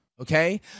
okay